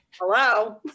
Hello